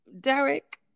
Derek